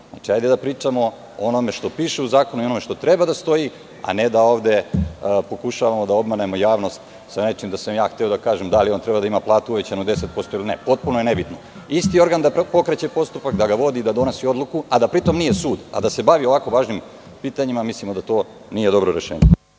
nema. Hajde da pričamo o onome što piše u zakonu i onome što treba da stoji, a ne da ovde pokušavamo da obmanemo javnost sa nečim, da sam ja hteo da kažem da li je on trebao da ima platu uvećanu 10% ili ne. Potpuno je nebitno. Isti organ da pokreće postupak, da ga vodi, da donosi odluku, a da pri tom nije sud, da se bavi ovako važnim pitanjima, mislimo da to nije dobro rešenje.